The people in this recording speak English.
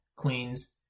Queens